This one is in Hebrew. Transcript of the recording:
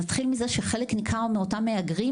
נתחיל מזה שחלק ניכר מאותם מהגרים,